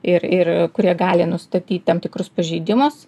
ir ir kurie gali nustatyt tam tikrus pažeidimus